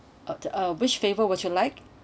uh uh which flavor would you like